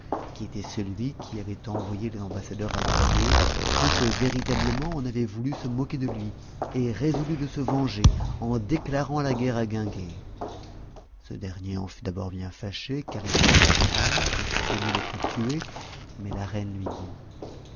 qui était celui qui avait envoyé des ambassadeurs à guinguet crut que véritablement on avait voulu se moquer de lui et résolut de se venger en déclarant la guerre à guinguet ce dernier en fut d'abord bien fâché car il n'avait pas de courage et craignait être tué mais la reine lui dit